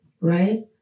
right